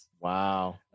Wow